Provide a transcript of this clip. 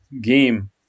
game